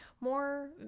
more